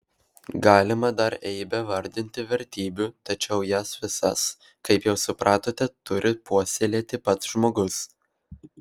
galima dar eibę vardinti vertybių tačiau jas visas kaip jau supratote turi puoselėti pats žmogus